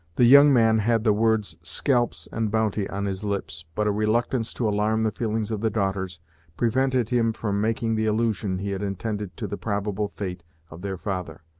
the young man had the words scalps and bounty on his lips, but a reluctance to alarm the feelings of the daughters prevented him from making the allusion he had intended to the probable fate of their father.